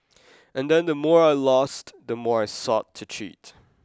and then the more I lost the more I sought to cheat